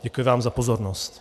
Děkuji vám za pozornost.